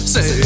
Say